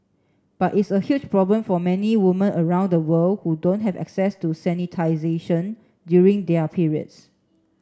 but it's a huge problem for many woman around the world who don't have access to during their periods